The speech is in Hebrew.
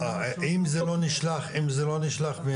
את המצגת כן לשלוח לוועדה,